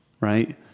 right